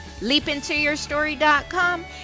leapintoyourstory.com